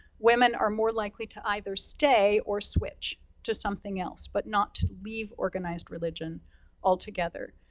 women are more likely to either stay or switch to something else, but not to leave organized religion altogether.